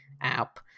app